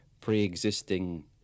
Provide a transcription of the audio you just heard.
pre-existing